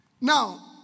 Now